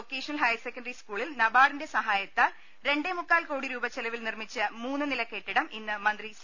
vocational higher secondary സ്കൂളിൽ നബാർഡിന്റെ സഹായത്താൽ രണ്ടേമുക്കാ ൽക്കോടി രൂപ ചെലവിൽ നിർമ്മിച്ച മൂന്ന് നില കെട്ടിടം ഇന്ന് മന്ത്രി സി